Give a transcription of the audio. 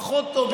פחות טוב,